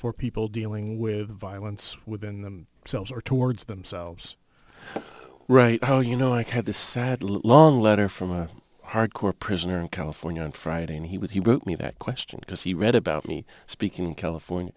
for people dealing with violence within them selves or towards themselves right now you know i had this sad long letter from a hardcore prisoner in california on friday and he was he wrote me that question because he read about me speaking in california